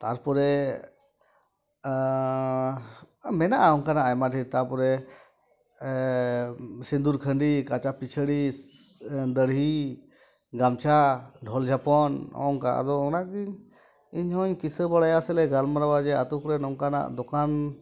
ᱛᱟᱨᱯᱚᱨᱮ ᱢᱮᱱᱟᱜᱼᱟ ᱚᱱᱠᱟᱱᱟᱜ ᱟᱭᱢᱟ ᱰᱷᱮᱨ ᱛᱟᱯᱚᱨᱮ ᱥᱤᱸᱫᱩᱨ ᱠᱷᱟᱹᱰᱤ ᱠᱟᱪᱟ ᱯᱤᱪᱷᱟᱹᱲᱤᱥ ᱫᱟᱹᱲᱦᱤ ᱜᱟᱢᱪᱷᱟ ᱰᱷᱚᱞ ᱡᱷᱟᱯᱚᱱ ᱱᱚᱜ ᱚᱱᱠᱟ ᱟᱫᱚ ᱚᱱᱟᱠᱚᱜᱮᱧ ᱤᱧ ᱦᱚᱧ ᱠᱤᱥᱟᱹᱵᱟᱲᱟᱭᱟ ᱥᱮᱞᱮ ᱜᱟᱞᱢᱟᱨᱟᱣᱟ ᱡᱮ ᱟᱛᱳ ᱠᱚᱨᱮ ᱱᱚᱝᱠᱟᱱᱟᱜ ᱫᱚᱠᱟᱱ